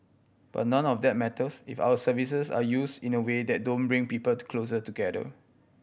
but none of that matters if our services are use in a way that don't bring people to closer together